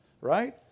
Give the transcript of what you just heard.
Right